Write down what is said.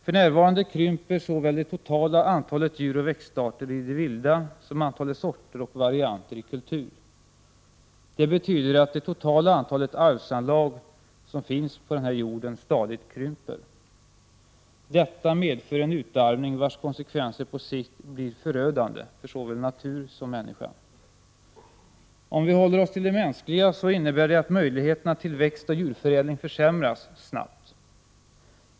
För närvarande krymper såväl det totala antalet djuroch växtarter i det vilda som antalet sorter och varianter i kultur. Det betyder att det totala antalet arvsanlag som finns på jorden stadigt krymper. Detta medför en utarmning vars konsekvenser på sikt blir förödande för både naturen och människan. Om vi håller oss till det mänskliga, så innebär det att möjligheterna till växtoch djurförädling snabbt försämras.